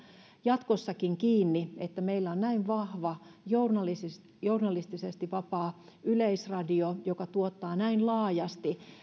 jatkossakin kiinni että meillä on näin vahva journalistisesti journalistisesti vapaa yleisradio joka tuottaa näin laajasti